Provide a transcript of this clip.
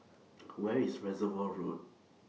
Where IS Reservoir Road